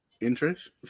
Interest